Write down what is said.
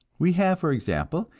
we have, for example,